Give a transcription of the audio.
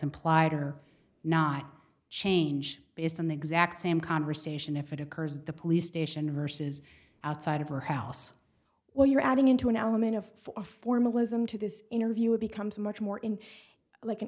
implied or not change based on the exact same conversation if it occurs the police station verses outside of her house while you're adding into an element of for formalism to this interview it becomes much more in like an